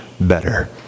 better